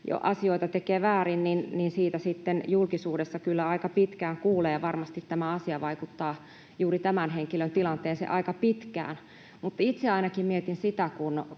kun asioita tekee väärin, niin siitä sitten julkisuudessa kyllä aika pitkään kuulee, ja varmasti tämä asia vaikuttaa juuri tämän henkilön tilanteeseen aika pitkään. Mutta itse ainakin mietin sitä,